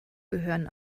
gehören